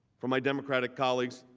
from my democratic colleagues,